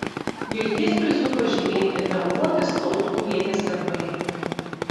vilties prizu pažymėti danguolės tautkuvienės darbai